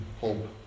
hope